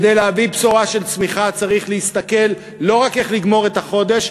כדי להביא בשורה של צמיחה צריך להסתכל לא רק איך לגמור את החודש,